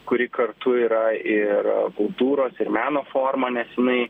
kuri kartu yra ir kultūros ir meno forma nes jinai